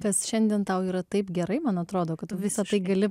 tas šiandien tau yra taip gerai man atrodo kad tu visa tai gali